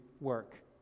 work